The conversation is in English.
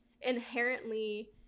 inherently